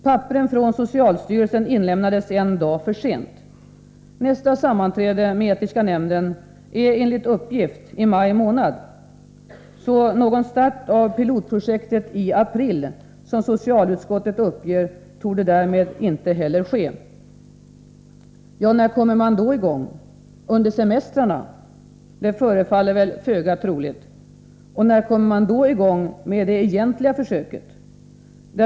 Papperen från socialstyrelsen inlämnades en dag för sent. Nästa sammanträde med etiska nämnden är, enligt uppgift, i maj. Någon start av pilotprojektet i april, som socialutskottet uppger, torde därmed inte heller ske. När kommer man då i gång? Under semestrarna? Det förefaller väl föga troligt. Och när kommer man i gång med det egentliga försöket?